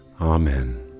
Amen